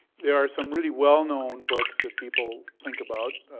there are some really well known books that people think about,